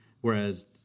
Whereas